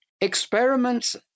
experiments